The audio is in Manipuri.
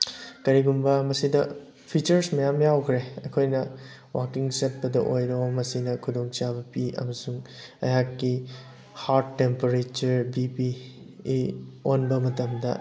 ꯀꯔꯤꯒꯨꯝꯕꯕ ꯃꯁꯤꯗ ꯐꯤꯆꯔꯁ ꯃꯌꯥꯝ ꯌꯥꯎꯈ꯭ꯔꯦ ꯑꯩꯈꯣꯏꯅ ꯋꯥꯀꯤꯡ ꯆꯠꯄꯗ ꯑꯣꯏꯔꯣ ꯃꯁꯤꯅ ꯈꯨꯗꯣꯡꯆꯥꯕ ꯄꯤ ꯑꯃꯁꯨꯡ ꯑꯩꯍꯥꯛꯀꯤ ꯍꯥꯔꯠ ꯇꯦꯝꯄꯔꯦꯆꯔ ꯕꯤꯄꯤ ꯏ ꯑꯣꯟꯕ ꯃꯇꯝꯗ